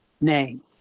name